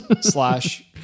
slash